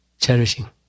cherishing